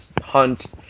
hunt